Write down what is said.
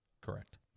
Correct